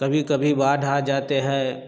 कभी कभी बाधा आ जाती है